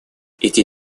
эти